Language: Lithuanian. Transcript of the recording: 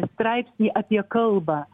straipsnį apie kalbą